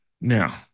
Now